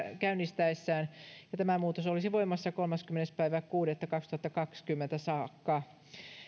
käynnistäessään tämä muutos olisi voimassa kolmaskymmenes kuudetta kaksituhattakaksikymmentä saakka